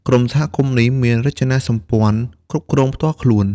ក្រុមសហគមន៍នេះមានរចនាសម្ព័ន្ធគ្រប់គ្រងផ្ទាល់ខ្លួន។